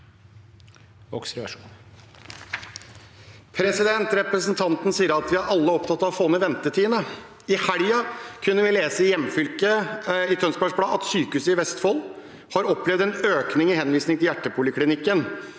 Representanten sier at vi alle er opptatt av å få ned ventetidene. I helgen kunne vi i hjemfylket lese i Tønsbergs Blad at Sykehuset i Vestfold har opplevd en økning i henvisning til hjertepoliklinikken.